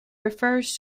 refers